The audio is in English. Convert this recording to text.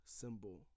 symbol